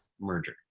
merger